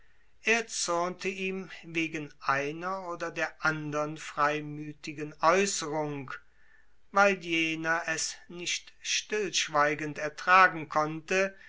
er zürnte ihm wegen einer oder der andern freimüthigen aeußerung weil jener es nicht stillschweigend ertragen konnte